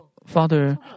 Father